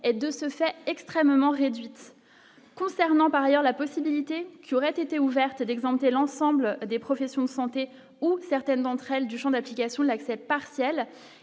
est de ce fait extrêmement réduite concernant par ailleurs la possibilité qui aurait été ouverte d'exempter l'ensemble des professions de santé, ou certaines d'entre elles du Champ d'application l'accès partiel